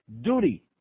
duty